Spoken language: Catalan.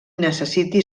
necessiti